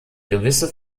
gewisse